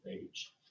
age